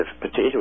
potatoes